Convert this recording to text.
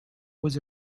was